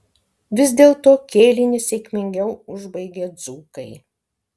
vis dėlto kėlinį sėkmingiau užbaigė dzūkai